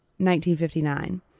1959